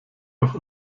doch